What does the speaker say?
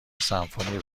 سمفونی